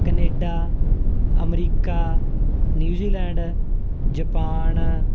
Canada America New Zealand Japan